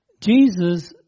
Jesus